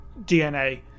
DNA